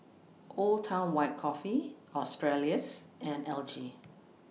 Old Town White Coffee Australis and L G